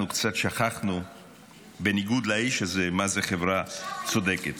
אנחנו קצת שכחנו מה זה חברה צודקת,